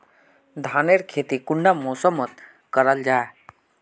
धानेर खेती कुंडा मौसम मोत करा जा?